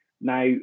Now